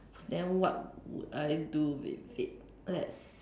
then what would I do with it let's